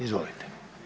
Izvolite.